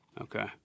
Okay